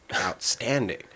outstanding